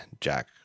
jack